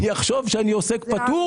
אני אחשוב שאני עוסק פטור,